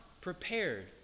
prepared